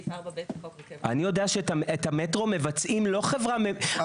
אני יודע שאת המטרו לא מבצעת חברה ממשלתית.